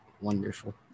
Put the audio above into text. wonderful